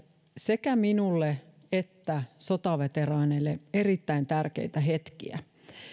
sekä minulle että sotaveteraaneille erittäin tärkeitä hetkiä